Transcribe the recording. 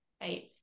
right